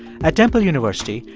at temple university,